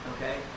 Okay